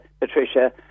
Patricia